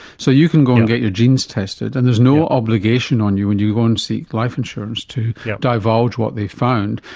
so you can go and get your genes tested and there's no obligation on you and when you go and seek life insurance to divulge what they've found.